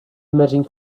emerging